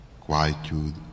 quietude